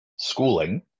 schooling